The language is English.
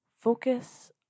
focus